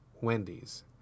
wendy's